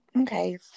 Okay